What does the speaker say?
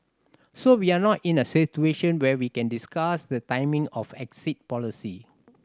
so we're not in a situation where we can discuss the timing of exit policy